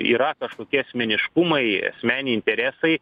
yra kažkokie asmeniškumai asmeniniai interesai